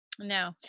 No